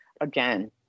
again